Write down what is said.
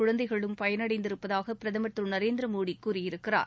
குழந்தைகளும் பயனடைந்திருப்பதாக பிரதமர் திரு நரேந்திர மோடி கூறியிருக்கிறார்